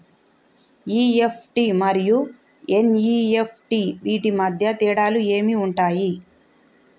EFT మరియు NEFT వీటి మధ్య తేడాలు ఏమి ఉంటాయి?